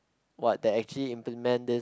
what they actually implement this